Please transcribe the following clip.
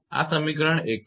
આ સમીકરણ છે 51